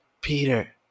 Peter